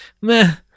meh